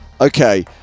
Okay